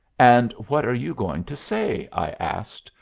and what are you going to say? i asked,